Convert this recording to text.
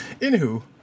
Anywho